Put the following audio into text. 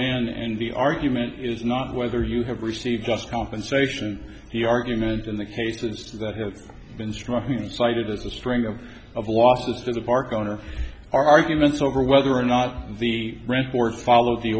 and the argument is not whether you have received just compensation the argument in the cases that have been struck me cited as a string of of lawsuits in the park owner arguments over whether or not the red ford followed the